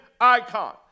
icon